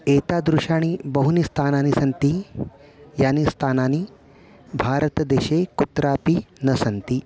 एतादृशानि बहूनि स्थानानि सन्ति यानि स्थानानि भारतदेशे कुत्रापि न सन्ति